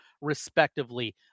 respectively